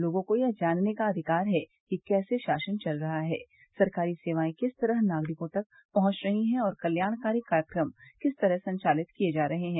लोगों को यह जानने का अधिकार है कि कैसे शासन चल रहा है सरकारी सेवाएं किस तरह नागरिकों तक पहुंच रही हैं और कल्याणकारी कार्यक्रम किस तरह संचालित किये जा रहे हैं